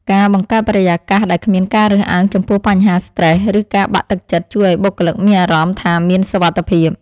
ការបង្កើតបរិយាកាសដែលគ្មានការរើសអើងចំពោះបញ្ហាស្រ្តេស ឬការបាក់ទឹកចិត្តជួយឱ្យបុគ្គលិកមានអារម្មណ៍ថាមានសុវត្ថិភាព។